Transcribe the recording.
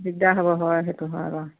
দিগদাৰ হ'ব হয় সেইটো হয় বাৰু